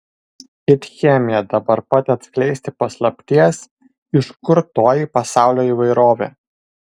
it chemija dabar pat atskleisti paslapties iš kur toji pasaulio įvairovė